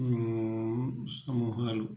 సమూహాలు